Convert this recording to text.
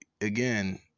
again